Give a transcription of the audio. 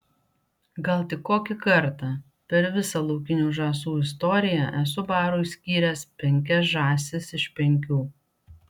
gal tik kokį kartą per visą laukinių žąsų istoriją esu barui skyręs penkias žąsis iš penkių